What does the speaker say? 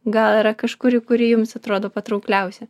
gal yra kažkuri kuri jums atrodo patraukliausia